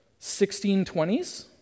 1620s